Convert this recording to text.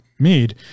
made